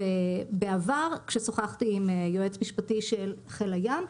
בעבר כששוחחתי עם יועץ משפטי של חיל הים,